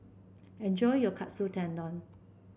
enjoy your Katsu Tendon